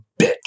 bitch